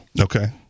okay